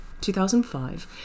2005